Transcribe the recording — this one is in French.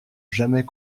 jamais